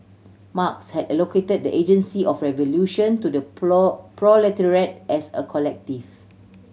Marx had allocated the agency of revolution to the proletariat as a collective